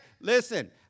Listen